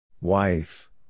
Wife